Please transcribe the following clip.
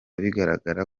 bigaragara